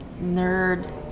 nerd